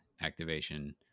activation